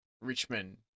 Richmond